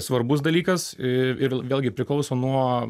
svarbus dalykas ir vėlgi priklauso nuo